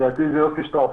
יוסי שטראוס,